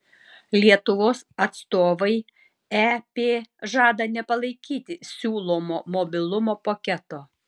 lietuvos atstovai ep žada nepalaikyti siūlomo mobilumo paketo